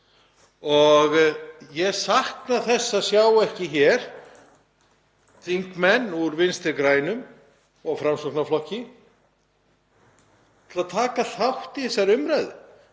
og ég sakna þess að sjá ekki hér þingmenn úr Vinstri grænum og Framsóknarflokki til að taka þátt í þessari umræðu